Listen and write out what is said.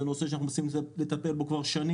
אנחנו מנסים לטפל בנושא זה כבר שנים.